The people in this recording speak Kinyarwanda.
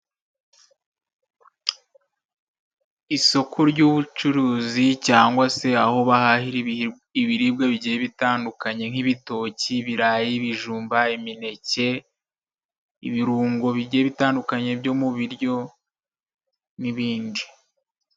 Isoko ry'ubucuruzi, cyangwa se aho bahahira ibiribwa bigiye bitandukanye, nk'ibitoki, ibirayi, bijumba, imineke ibirungo bigiye bitandukanye byo mu biryo, n'ibindi.